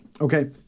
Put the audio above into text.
okay